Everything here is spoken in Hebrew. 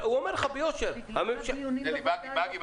הוא אומר לך ביושר שהממשלה --- הוועדים